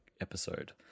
episode